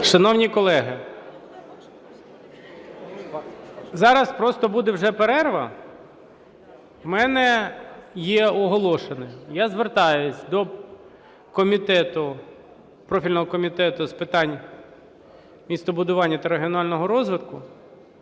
Шановні колеги, зараз просто буде вже перерва, в мене є оголошення. Я звертаюсь до профільного Комітету з питань містобудування та регіонального розвитку